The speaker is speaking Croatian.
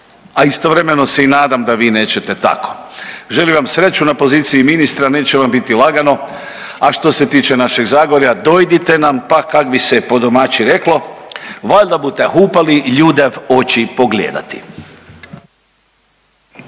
a istovremeno se i nadam da vi neće tako. Želim vam sreću na poziciji ministra neće vam biti lagano, a što se tiče našeg Zagorja dojdite nam pa kak bi se po domaći reklo valjda bute hupali ljude v oči pogledati.